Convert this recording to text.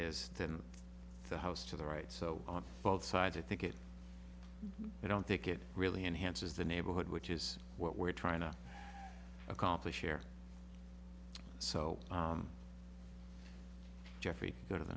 than the house to the right so on both sides i think it i don't think it really enhances the neighborhood which is what we're trying to accomplish here so jeffrey go to the